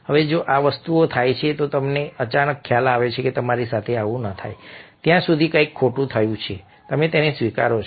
હવે જો આ વસ્તુઓ થાય છે તો તમને અચાનક ખ્યાલ આવે છે કે તમારી સાથે આવું ન થાય ત્યાં સુધી કંઈક ખોટું થયું છે તમે તેને સ્વીકારો છો